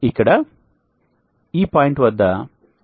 ఇక్కడ ఈ పాయింట్ వద్ద Vm x Im 0